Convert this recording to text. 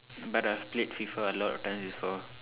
but I've played Fifa a lot of times before